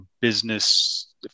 business